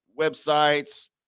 websites